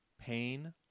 pain